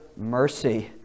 mercy